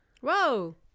Whoa